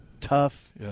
tough